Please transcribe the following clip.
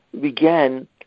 began